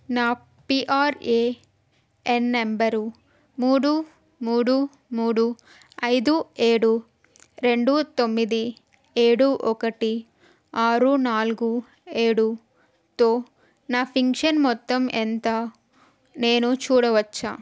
నా PRAN number మూడు మూడు మూడు ఐదు ఏడు రెండు తొమ్మిది ఏడు ఒకటి ఆరు నాలుగు ఏడుతో నా ఫిన్షన్ మొత్తం ఎంత నేను చూడవచ్చా